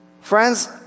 Friends